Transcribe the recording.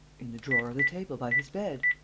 in the drawer of the table by his bed.